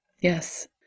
Yes